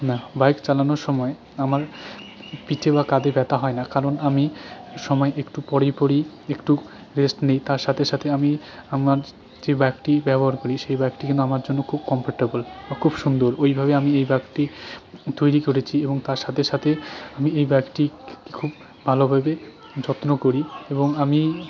না বাইক চালানোর সময় আমার পিঠে বা কাঁধে ব্যথা হয় না কারণ আমি সময়ের একটু পরে পরেই একটু রেস্ট নিই তার সাথে সাথে আমি আমার যে ব্যাগটি ব্যবহার করি সেই ব্যাগটি কিন্তু আমার জন্য খুব কম্ফর্টেবল বা খুব সুন্দর ওইভাবে আমি এই ব্যাগটি তৈরি করেছি এবং তার সাথে সাথে আমি এই ব্যাগটি খুব ভালোভাবেই যত্ন করি এবং আমি